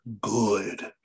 good